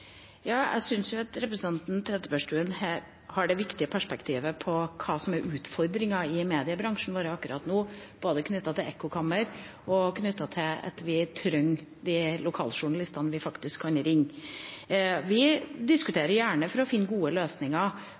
Jeg syns representanten Trettebergstuen har det viktige perspektivet på hva som er utfordringen i mediebransjen, akkurat nå var det knyttet til ekkokammer og til at vi trenger de lokaljournalistene faktisk kan ringe til. Vi diskuterer gjerne for å finne gode løsninger